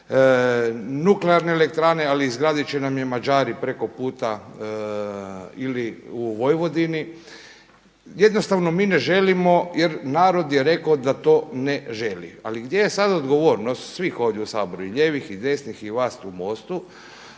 nuklearne elektrane ali izgraditi će nam je Mađari preko puta ili u Vojvodini. Jednostavno mi ne želimo jer narod je rekao da to ne želi. Ali gdje je sada odgovornost svih ovdje u Saboru i lijevih i desnih i vas u